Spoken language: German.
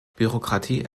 bürokratie